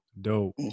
Dope